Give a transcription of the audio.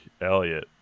Elliot